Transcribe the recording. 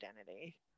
identity